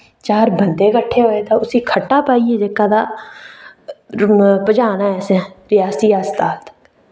चार बंदे किट्ठे होए ते उस्सी खट्टा पाइयै जेह्का तां पजाना ऐ असें रेआसी अस्पताल